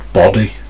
body